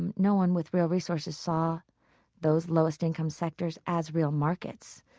and no one with real resources saw those lowest-income sectors as real markets,